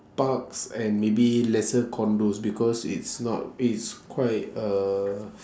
parks and maybe lesser condos because it's not it's quite uh